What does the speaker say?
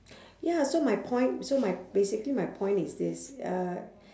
ya so my point so my basically my point is this uh